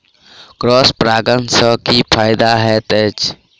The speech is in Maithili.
क्रॉस परागण सँ की फायदा हएत अछि?